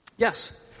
Yes